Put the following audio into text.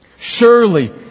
Surely